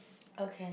okay